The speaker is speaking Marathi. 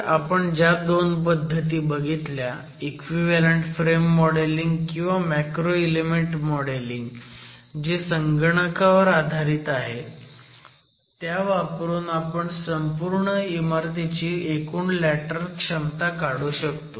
तर आपण ज्या 2 पद्धती बघितल्या इक्विव्हॅलंट फ्रेम मॉडेलिंग किंवा मॅक्रो इलेमेंट मॉडेलिंग जे संगणकावर आधारित आहेत त्या वापरून आपण संपूर्ण इमारतीची एकूण लॅटरल क्षमता काढू शकतो